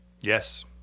Yes